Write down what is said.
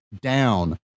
down